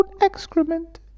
excrement